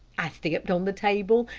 i stepped on the table,